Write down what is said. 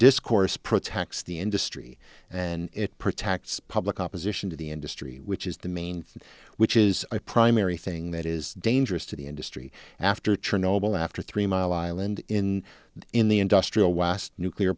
discourse protects the industry and it protects public opposition to the industry which is the main thing which is a primary thing that is dangerous to the industry after chernobyl after three mile island in in the industrial west nuclear